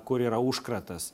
kur yra užkratas